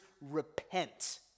repent